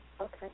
Okay